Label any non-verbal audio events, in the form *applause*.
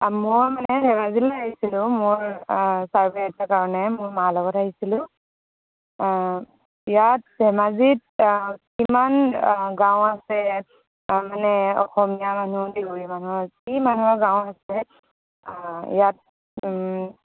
মই মানে ধেমাজিলে আহিছিলোঁ মোৰ চাৰ্ভে এটাৰ কাৰণে মোৰ মাৰ লগত আহিছিলোঁ ইয়াত ধেমাজিত কিমান গাঁও আছে মানে অসমীয়া মানুহ *unintelligible* মানুহৰ কি মানুহৰ গাঁও আছে ইয়াত